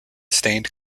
stained